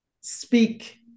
speak